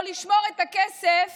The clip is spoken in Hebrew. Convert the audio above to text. או לשמור את הכסף